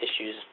issues